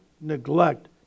neglect